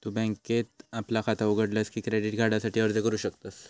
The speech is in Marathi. तु बँकेत आपला खाता उघडलस की क्रेडिट कार्डासाठी अर्ज करू शकतस